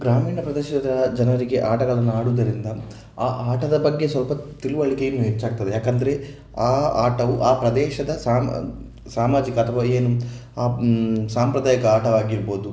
ಗ್ರಾಮೀಣ ಪ್ರದೇಶದ ಜನರಿಗೆ ಆಟಗಳನ್ನು ಆಡುವುದರಿಂದ ಆ ಆಟದ ಬಗ್ಗೆ ಸ್ವಲ್ಪ ತಿಳುವಳಿಕೆ ಇನ್ನೂ ಹೆಚ್ಚಾಗ್ತದೆ ಯಾಕೆಂದರೆ ಆ ಆಟವು ಆ ಪ್ರದೇಶದ ಸಾಮ ಸಾಮಾಜಿಕ ಅಥವಾ ಏನು ಆ ಸಾಂಪ್ರದಾಯಿಕ ಆಟವಾಗಿರಬಹುದು